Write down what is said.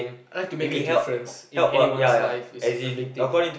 I like to make a difference in anyone's lives it's a big thing